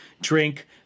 drink